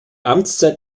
amtszeit